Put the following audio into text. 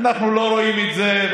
אנחנו לא רואים את זה,